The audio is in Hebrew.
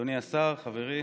אדוני השר, חברי,